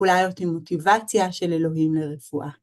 אולי הייתה אותי מוטיבציה של אלוהים לרפואה.